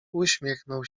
uśmiechnął